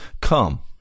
come